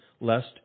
lest